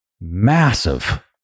massive